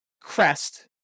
crest